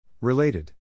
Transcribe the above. Related